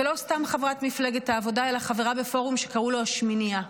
ולא סתם חברת מפלגת העבודה אלא חברה בפורום שקראו לו "השמינייה",